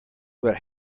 what